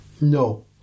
No